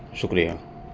شکریہ